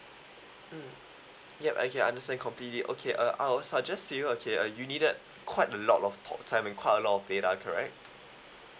mm yup I can understand completely okay uh I will suggest to you okay uh you needed quite a lot of talk time and quite a lot of data correct